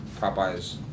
Popeyes